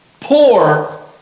poor